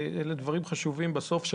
הדברים שאמרת הם דברים חשובים, כי